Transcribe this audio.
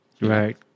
right